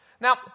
Now